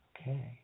Okay